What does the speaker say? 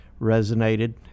resonated